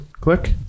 click